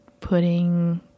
putting